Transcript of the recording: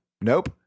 Nope